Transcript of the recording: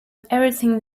everything